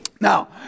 Now